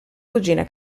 cugina